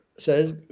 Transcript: says